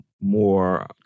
more